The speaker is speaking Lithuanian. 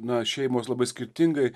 na šeimos labai skirtingai